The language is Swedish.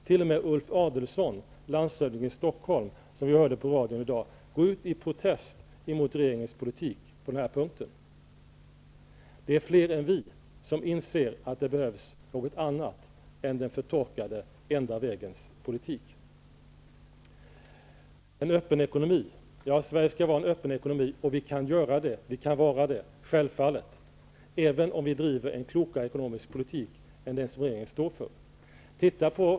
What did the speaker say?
T.o.m. Ulf Adelsohn, landshövding i Stockholm, går -- som vi kunde höra i radion i dag -- ut i protest mot regeringens politik på den här punkten. Det är således fler än vi som inser att det behövs något annat än den förtorkade enda vägens politik. Sverige skall vara en öppen ekonomi. Självfallet är det möjligt, även om en politik drivs som är klokare än den som regeringen står för.